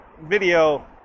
video